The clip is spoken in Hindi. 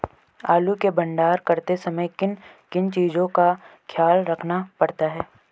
आलू के भंडारण करते समय किन किन चीज़ों का ख्याल रखना पड़ता है?